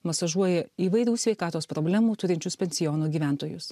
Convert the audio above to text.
masažuoja įvairių sveikatos problemų turinčius pensiono gyventojus